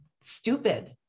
stupid